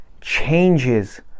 changes